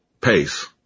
pace